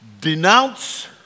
denounce